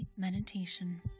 Meditation